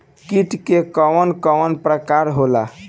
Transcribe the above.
कीट के कवन कवन प्रकार होला?